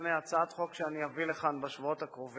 הצעת חוק שאני אביא לכאן בשבועות הקרובים,